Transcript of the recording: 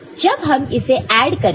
जब हम इसे ऐड करेंगे